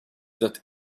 that